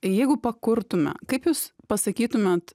jeigu pakurtume kaip jūs pasakytumėt